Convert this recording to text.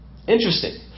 Interesting